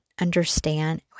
understand